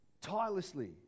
Tirelessly